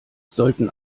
sollten